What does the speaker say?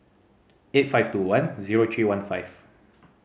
eight five two one zero three one five